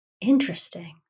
Interesting